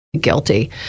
Guilty